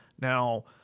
Now